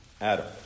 Adam